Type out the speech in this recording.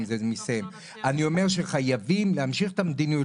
אני אומר שחייבים להמשיך את המדיניות,